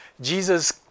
Jesus